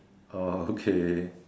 oh okay